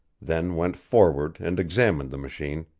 then went forward and examined the machine.